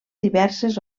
diverses